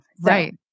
right